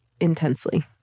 intensely